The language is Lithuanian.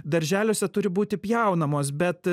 darželiuose turi būti pjaunamos bet